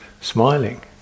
smiling